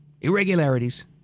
irregularities